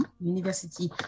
University